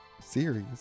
Series